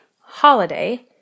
holiday